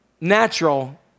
natural